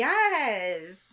Yes